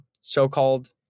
so-called